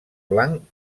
blanc